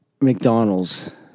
McDonald's